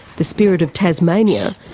the spirit of tasmania,